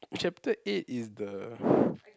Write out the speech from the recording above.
chapter eight is the